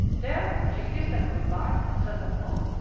there she kissed them good-bye and sent them home.